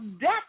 death